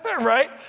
Right